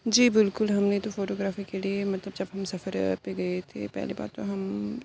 جی بالکل ہم نے تو فوٹو گرافی کے لیے مطلب جب ہم سفر پہ گئے تھے پہلی بار تو ہم